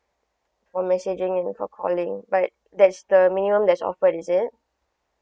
for messaging and for calling but that's the minimum that's offered is it